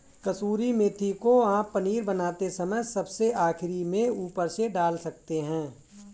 कसूरी मेथी को आप पनीर बनाते समय सबसे आखिरी में ऊपर से डाल सकते हैं